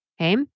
Okay